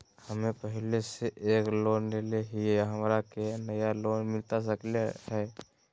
हमे पहले से एक लोन लेले हियई, हमरा के नया लोन मिलता सकले हई?